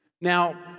Now